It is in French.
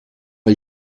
les